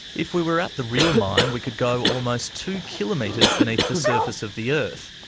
if we were at the real mine, we could go almost two kilometres beneath the surface of the earth.